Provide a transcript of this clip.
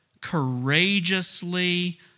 courageously